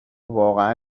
واقعا